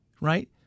Right